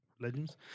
legends